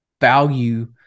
value